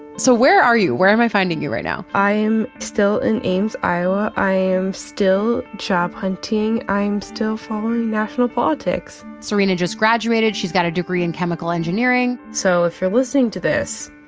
so where are you? where am i finding you right now? i am still in ames, iowa. i am still job hunting. i'm still following national politics. serena just graduated. she's got a degree in chemical engineering. so if you're listening to this,